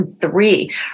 three